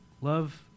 Love